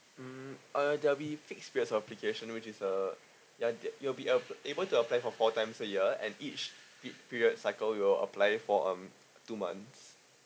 mm uh there will be fixed period of application which is the ya you will be uh able to apply for four times a year and each pe~ period cycle you will apply it for um two months